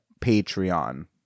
Patreon